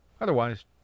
Otherwise